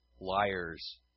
liars